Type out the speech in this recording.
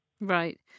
Right